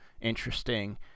interesting